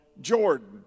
Jordan